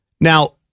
Now